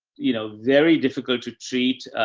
you know, very difficult to treat.